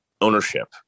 ownership